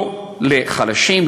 לא לחלשים,